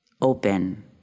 Open